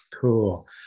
Cool